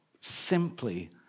simply